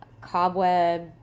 cobweb